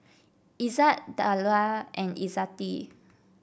Izzat Dollah and Izzati